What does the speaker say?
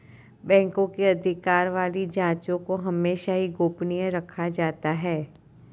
बैंकों के अधिकार वाली जांचों को हमेशा ही गोपनीय रखा जाता है